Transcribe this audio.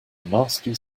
nasty